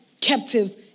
captives